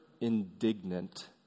indignant